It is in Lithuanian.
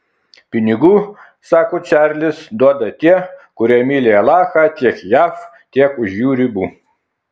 pinigų sako čarlis duoda tie kurie myli alachą tiek jav tiek už jų ribų